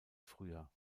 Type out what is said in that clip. früher